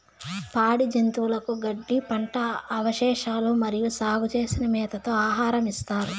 పాడి జంతువులకు గడ్డి, పంట అవశేషాలు మరియు సాగు చేసిన మేతతో ఆహారం ఇస్తారు